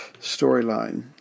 storyline